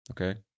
Okay